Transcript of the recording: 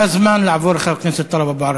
זה הזמן לעבור לחבר הכנסת טלב אבו עראר.